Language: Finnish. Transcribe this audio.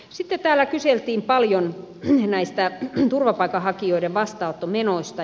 sitten täällä kyseltiin paljon näistä turvapaikanhakijoiden vastaanottomenoista